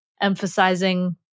emphasizing